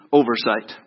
oversight